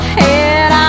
head